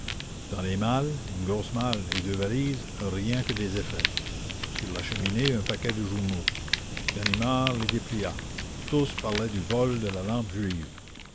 dans les malles une grosse malle et deux valises rien que des effets sur la cheminée un paquet de journaux ganimard les déplia tous parlaient du vol de la lampe juive